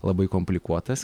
labai komplikuotas